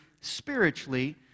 spiritually